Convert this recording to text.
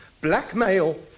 blackmail